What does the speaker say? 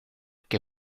que